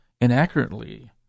inaccurately